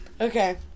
okay